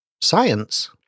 Science